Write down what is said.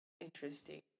interesting